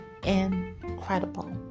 incredible